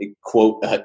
quote